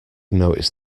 notice